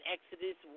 Exodus